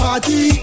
Party